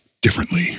differently